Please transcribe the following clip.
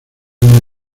una